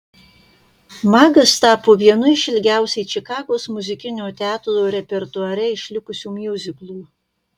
magas tapo vienu iš ilgiausiai čikagos muzikinio teatro repertuare išlikusių miuziklų